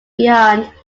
beyond